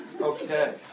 Okay